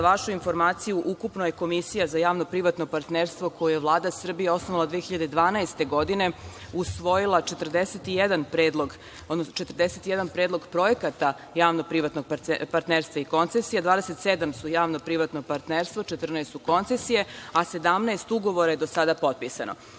Za vašu informaciju, ukupno je Komisija za javno-privatno partnerstvo, koju je Vlada Srbije osnovala 2012. godine, usvojila 41 predlog projekata javno-privatnog partnerstva i koncesija, 27 su javno-privatno partnerstvo, 14 su koncesije, a 17 ugovora je do sada potpisano. Uopšte,